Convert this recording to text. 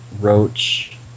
Roach